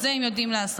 את זה הם יודעים לעשות.